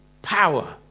Power